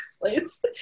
place